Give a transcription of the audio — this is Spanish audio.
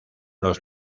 los